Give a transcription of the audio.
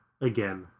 again